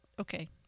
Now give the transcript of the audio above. okay